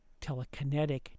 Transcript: telekinetic